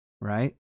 right